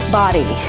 body